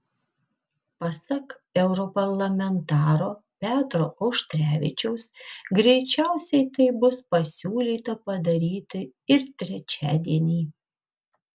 pasak europarlamentaro petro auštrevičiaus greičiausiai tai bus pasiūlyta padaryti ir trečiadienį